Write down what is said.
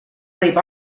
võib